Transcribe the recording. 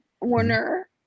warner